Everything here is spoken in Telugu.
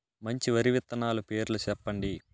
మంచి వరి విత్తనాలు పేర్లు చెప్పండి?